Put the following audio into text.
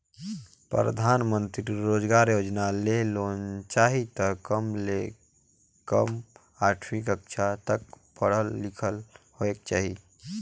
परधानमंतरी रोजगार योजना ले लोन चाही त कम ले कम आठवीं कक्छा तक पढ़ल लिखल होएक चाही